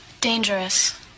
dangerous